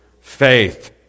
faith